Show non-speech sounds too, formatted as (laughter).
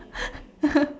(laughs)